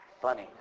funny